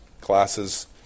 classes